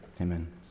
amen